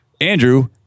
Andrew